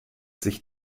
sich